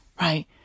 right